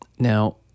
Now